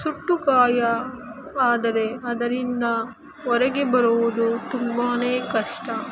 ಸುಟ್ಟ ಗಾಯವಾದರೆ ಅದರಿಂದ ಹೊರಗೆ ಬರುವುದು ತುಂಬಾ ಕಷ್ಟ